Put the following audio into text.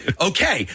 okay